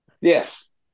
Yes